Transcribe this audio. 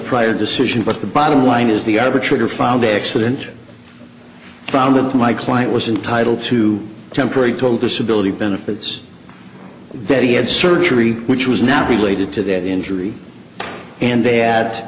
prior decision but the bottom line is the arbitrator filed the accident found with my client was entitle to temporary total disability benefits that he had surgery which was not related to that injury and they ad